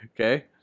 Okay